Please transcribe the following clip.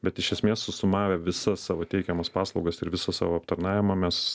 bet iš esmės susumavę visas savo teikiamas paslaugas ir visą savo aptarnavimą mes